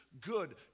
good